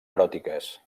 eròtiques